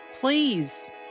Please